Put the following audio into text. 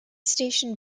station